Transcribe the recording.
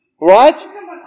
right